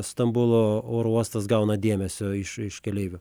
stambulo oro uostas gauna dėmesio iš iš keleivių